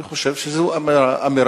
אני חושב שזאת אמירה,